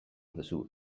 duzu